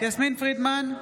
יסמין פרידמן,